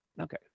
Okay